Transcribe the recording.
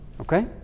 okay